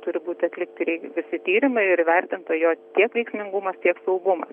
turi būti atlikti visi tyrimai ir įvertinta jo tiek veiksmingumas tiek saugumas